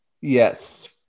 Yes